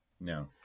No